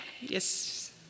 Yes